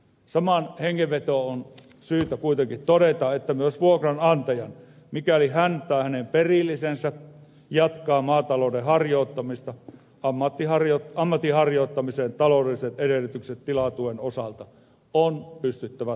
samaan hengenvetoon on syytä kuitenkin todeta että myös vuokranantajan mikäli hän tai hänen perillisensä jatkaa maatalouden harjoittamista ammatin harjoittamisen taloudelliset edellytykset tilatuen osalta on pystyttävä turvaamaan